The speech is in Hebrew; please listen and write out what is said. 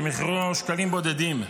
שמחירו שקלים בודדים,